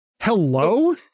Hello